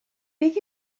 beth